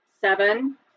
seven